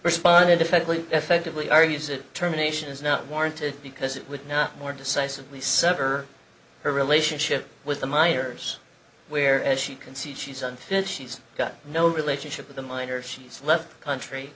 responded differently effectively are use it terminations not warranted because it would not more decisively sever her relationship with the minors where as she can see she's unfit she's got no relationship with a minor if she's left the country